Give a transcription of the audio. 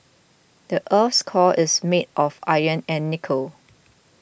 the earth's core is made of iron and nickel